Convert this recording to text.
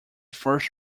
first